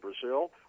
Brazil